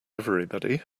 everybody